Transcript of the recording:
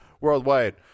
worldwide